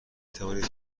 توانید